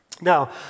Now